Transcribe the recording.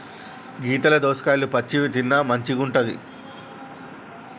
గీతల దోసకాయలు పచ్చివి తిన్న మంచిగుంటది